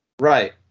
right